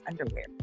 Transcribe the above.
underwear